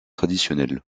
traditionnelle